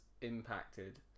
impacted